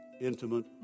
intimate